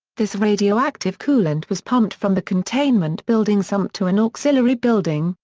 this radioactive coolant was pumped from the containment building sump to an auxiliary building,